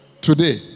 today